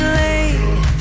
late